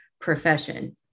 profession